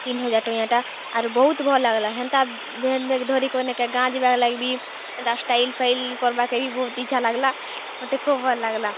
ତିନ୍ ହଜାର୍ ଟଙ୍କିଆ'ଟା ଆରୁ ବହୁତ୍ ଭଲ୍ ଲାଗ୍ଲା ହେନ୍ତା ଭେନ୍ ବ୍ୟାଗ୍ ଧରିକରି ନେ କାଏଁ ଗାଁ ଯିବାର୍ ଲାଗି ବି ଏନ୍ତା ଷ୍ଟାଇଲ୍ ଫାଇଲ୍ କର୍ବାକେ ବହୁତ୍ ଇଚ୍ଛା ଲାଗ୍ଲା ମତେ ଖୋବ୍ ଭଲ୍ ଲାଗ୍ଲା